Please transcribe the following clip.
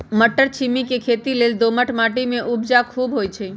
मट्टरछिमि के खेती लेल दोमट माटी में उपजा खुब होइ छइ